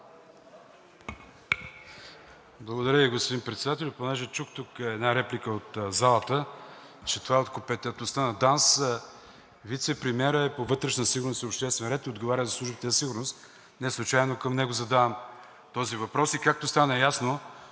Благодаря, господин Председател.